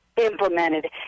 implemented